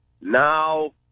Now